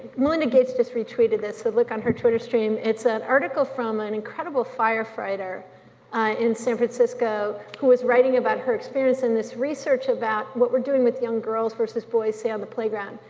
miranda gibbs just retweeted this, so look on her twitter stream. it's an article from an incredible firefighter in san francisco who was writing about her experience in this research about what we're doing with young girls versus boys, say on the playground.